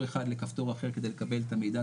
אחד לכפתור אחר כדי לקבל את המידע,